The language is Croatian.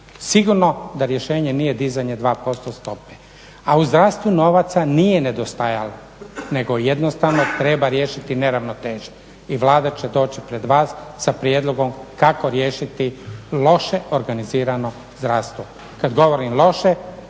Sigurno da rješenje nije dizanje 2% stope. A u zdravstvu novaca nije nedostajalo nego jednostavno treba riješiti neravnoteže i Vlada će doći pred vas sa prijedlogom kako riješiti loše organizirano zdravstvo. Kad govorim loše